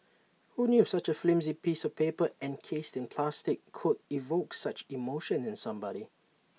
who knew such A flimsy piece of paper encased in plastic could evoke such emotion in somebody